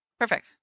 Perfect